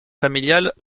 familiales